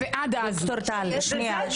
שנייה.